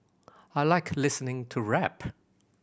I like listening to rap